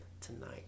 tonight